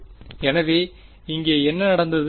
எனவே இங்கே என்ன நடந்தது